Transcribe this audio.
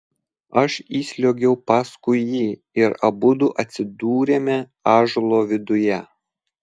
aš įsliuogiau paskui jį ir abudu atsidūrėme ąžuolo viduje